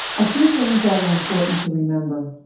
a few things that are important to remember.